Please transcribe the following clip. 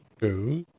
go